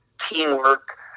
teamwork